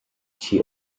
she